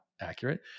accurate